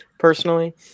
Personally